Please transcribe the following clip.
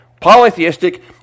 polytheistic